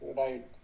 right